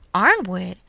arnwood!